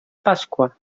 pasqua